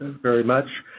very much.